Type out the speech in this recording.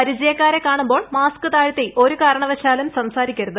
പരിചയക്കാരെ കാണുമ്പോൾ മാസ്ക് താഴ്ത്തി ഒരു കാരണവശാലും സംസ്കൃതിക്കരുത്